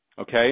Okay